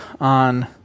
on